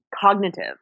cognitive